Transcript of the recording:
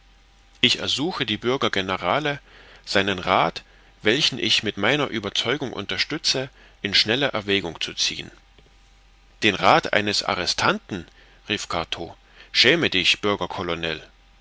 ich ersuche die bürger generale seinen rath welchen ich mit meiner ueberzeugung unterstütze in schnelle erwägung zu ziehen den rath eines arrestanten rief cartaux schäme dich bürger colonel